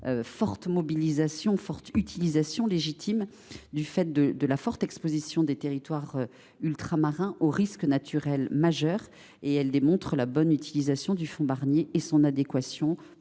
outre mer. Cette forte utilisation, légitime du fait de la forte exposition des territoires ultramarins aux risques naturels majeurs, démontre la bonne utilisation du fonds Barnier et son adéquation